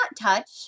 touch